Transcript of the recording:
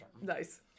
Nice